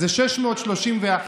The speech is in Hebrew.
זה 631,